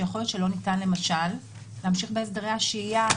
שיכול להיות שלא ניתן להמשיך למשל בהסדרי השהייה.